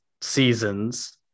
seasons